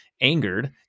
Angered